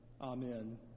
Amen